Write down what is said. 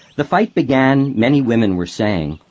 the fight began, many women were saying,